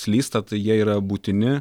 slysta tai jie yra būtini